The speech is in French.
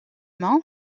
main